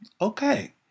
okay